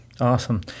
Awesome